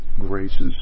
graces